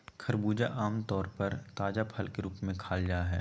खरबूजा आम तौर पर ताजा फल के रूप में खाल जा हइ